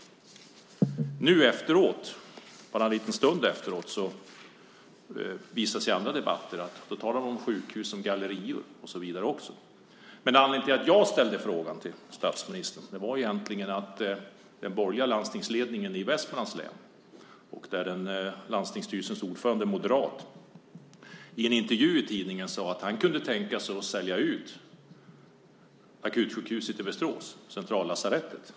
Nu efteråt, bara en liten tid efteråt, visar det sig i andra debatter att man talar om sjukhus som gallerior. Men anledningen till att jag ställde frågan till statsministern var egentligen att den borgerliga landstingsledningen i Västmanlands län, där landstingsstyrelsens ordförande är moderat, i en intervju i tidningen sade att han kunde tänka sig att sälja ut akutsjukhuset i Västerås, Centrallasarettet.